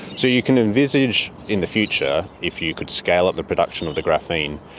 so you can envisage in the future if you could scale up the production of the graphene,